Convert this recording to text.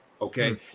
Okay